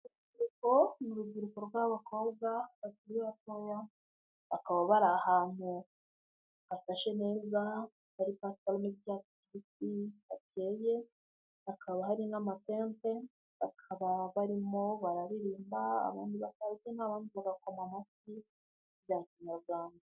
Urubyiruko ni urubyiruko rw'abakobwa bakiri batoya, bakaba bari ahantu hasashe neza, hakaba pasiparume y'icyatsi kibisi gikeye, akaba hari n'amatente, bakaba barimo bararirimba abandi bakabyina, bagakoma amashyi bya kinyarwanda.